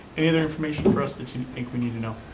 any other information for us that you think we need to know?